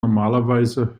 normalerweise